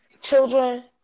children